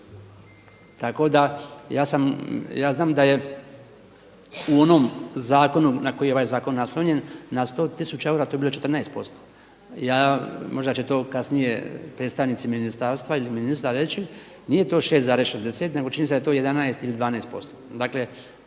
ja sam, ja znam da je u onom zakonu na koji je ovaj zakon naslonjen, na 100 tisuća eura to je bilo 14%. Ja, možda će to kasnije predstavnici ministarstva ili ministar reći, nije to 6,60 nego čini mi se da je to 11 ili 12%.